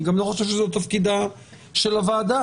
ואני גם לא חושב שזה תפקידה של הוועדה.